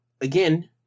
again